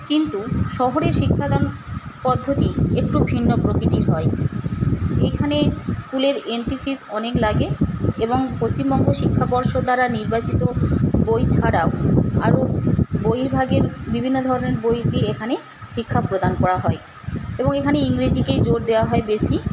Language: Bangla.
কিন্তু শহরে শিক্ষাদান পদ্ধতি একটু ভিন্ন প্রকৃতির হয় এখানে স্কুলের এন্ট্রি ফিস অনেক লাগে এবং পশ্চিমবঙ্গ শিক্ষা পর্ষদ দ্বারা নির্বাচিত বই ছাড়াও আরও বহির্ভাগের বিভিন্ন ধরনের বই দিয়ে এখানে শিক্ষা প্রদান করা হয় এবং এখানে ইংরেজিকেই জোর দেওয়া হয় বেশি